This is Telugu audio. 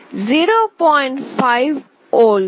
5 వోల్ట్